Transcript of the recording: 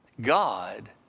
God